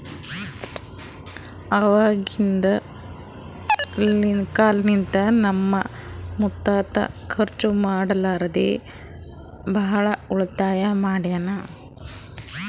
ಅವಾಗಿಂದ ಕಾಲ್ನಿಂತ ನಮ್ದು ಮುತ್ಯಾ ಖರ್ಚ ಮಾಡ್ಲಾರದೆ ಭಾಳ ಉಳಿತಾಯ ಮಾಡ್ಯಾನ್